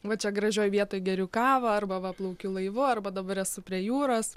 va čia gražioj vietoj geriu kavą arba va plaukiu laivu arba dabar esu prie jūros